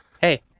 Hey